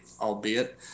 albeit